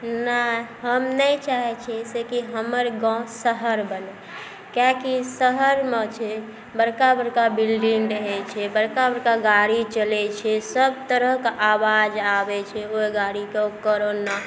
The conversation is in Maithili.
नहि हम नहि चाहै छिए से कि हमर गाँव शहर बनै कियाकि शहरमे छै बड़का बड़का बिल्डिङ्ग रहै छै बड़का बड़का गाड़ी चलै छै सब तरहके आवाज आबै छै ओहि गाड़ीके ओकर ओना